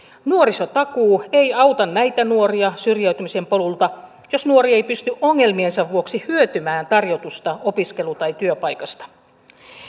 nuorisotakuu ei auta näitä nuoria syrjäytymisen polulta jos nuori ei pysty ongelmiensa vuoksi hyötymään tarjotusta opiskelu ja työpaikasta